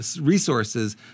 resources